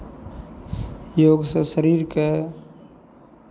योगसँ शरीरकेँ